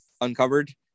uncovered